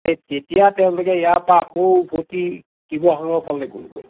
এই তেতিয়া তেওঁলোকে ইয়াৰপা আকৌ উভতি শিৱসাগৰ ফালে গ'লগৈ